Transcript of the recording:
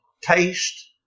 taste